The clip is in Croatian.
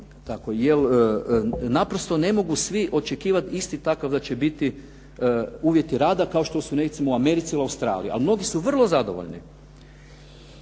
naprosto ne mogu svi očekivati isti takav da će biti uvjeti rada kao što su recimo u Americi i Australiji. Ali mnogi su vrlo zadovoljni.